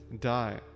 die